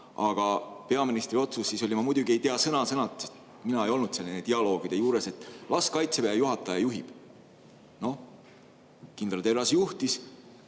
aga peaministri otsus oli – ma muidugi ei tea seda sõna-sõnalt, sest mina ei olnud nende dialoogide juures –, et las Kaitseväe juhataja juhib. Kindral Terras juhtiski